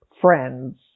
friends